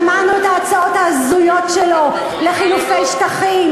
שמענו את ההצעות ההזויות שלו לחילופי שטחים.